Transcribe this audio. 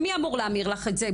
מי אמור להמיר לך את זה?